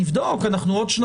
כשאנחנו צריכים לשים